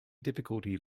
difficulty